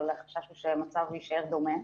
אבל החשש הוא שהמצב יישאר דומה.